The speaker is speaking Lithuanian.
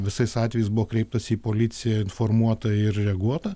visais atvejais buvo kreiptasi į policiją informuota ir reaguota